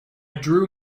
drew